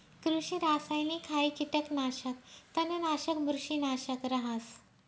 कृषि रासायनिकहाई कीटकनाशक, तणनाशक, बुरशीनाशक रहास